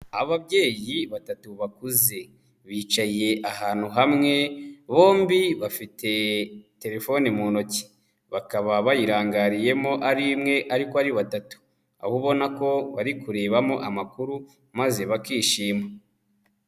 Ababyeyi batatu bakuze bicaye ahantu hamwe, bombi bafite telefoni mu ntoki, bakaba bayirangariyemo ari imwe ariko ari batatu, aho ubona ko bari kurebamo amakuru maze bakishima.